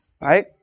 Right